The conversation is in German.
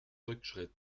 rückschritt